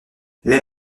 les